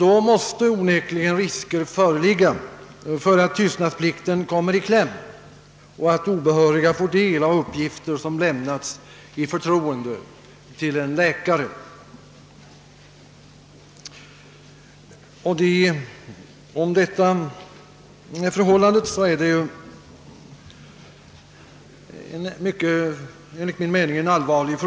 Då måste onekligen föreligga risk för att tystnadsplikten kommer i kläm och för att obehöriga kan få del av uppgifter, vilka lämnats till en läkare i förtroende. Om så är förhållandet, är det enligt min mening en allvarlig sak.